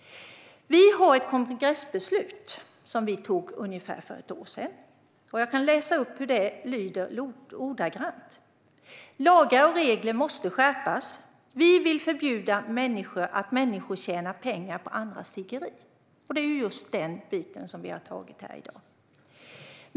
Vi har ett kongressbeslut, som vi fattade för ungefär ett år sedan. Jag kan läsa upp hur det lyder ordagrant: "Vi vill förbjuda människor att tjäna pengar på andras tiggeri." Det är just den biten vi tar upp här i dag.